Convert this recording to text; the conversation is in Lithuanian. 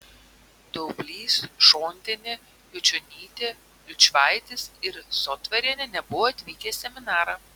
daublys šontienė juočionytė liučvaitis ir sotvarienė nebuvo atvykę į seminarą